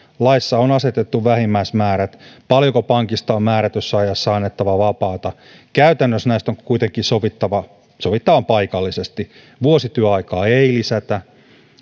laissa on asetettu vähimmäismäärät paljonko pankista on määrätyssä ajassa annettava vapaata käytännössä näistä on kuitenkin sovittava sovitaan paikallisesti vuosityöaikaa ei lisätä